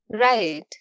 Right